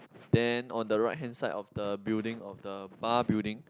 then on the right hand side of the building of the bar building